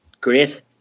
Great